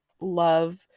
love